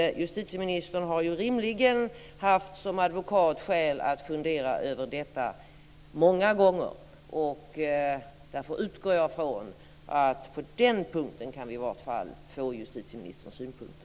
Justitieministern har ju, som jag nämnde, rimligen som advokat haft skäl att fundera över detta många gånger. Därför utgår jag från att vi i varje fall på den punkten kan få justitieministerns synpunkter.